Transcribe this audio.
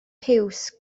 piws